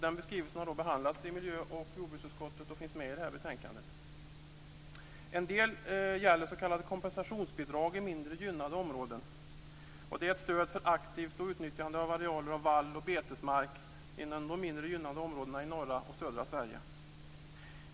Den skrivningen har behandlats i miljö och jordbruksutskottet och finns med i detta betänkande. En del gäller vad som kallas Det är ett stöd för aktivt utnyttjade arealer av vall och betesmark inom de mindre gynnade områdena i norra och södra Sverige.